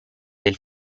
del